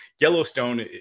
yellowstone